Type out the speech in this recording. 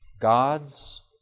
God's